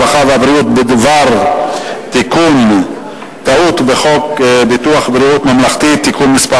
הרווחה והבריאות בדבר תיקון טעות בחוק ביטוח בריאות ממלכתי (תיקון מס'